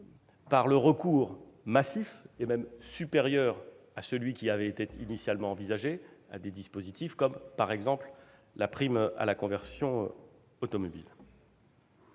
par le recours massif, et même supérieur à celui qui avait été initialement envisagé, à des dispositifs comme la prime à la conversion automobile.